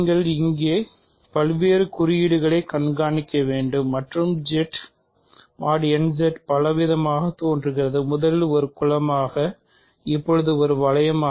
நீங்கள் இங்கே பல்வேறு குறியீடுகளை கண்காணிக்க வேண்டும் மற்றும் Z mod n Z பல விதங்களில் தோன்றுகிறது முதலில் ஒரு குலமாக இப்போது ஒரு வளையமாக